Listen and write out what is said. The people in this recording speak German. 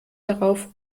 darauf